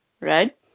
right